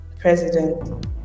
president